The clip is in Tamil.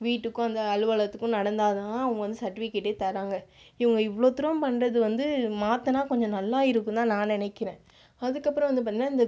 வீட்டுக்கும் அந்த அலுவலகத்துக்கும் நடந்தால்தான் அவங்க வந்து சர்டிஃபிகேட்டே தராங்க இவங்க இவ்ளோதூரம் பண்ணுறது வந்து மாற்றினா கொஞ்சம் நல்லா இருக்கும்னுதான் நான் நினைக்கிறேன் அதுக்கப்புறம் வந்து பாத்தேனா இந்த